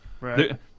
Right